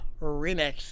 Remix